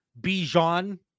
Bijan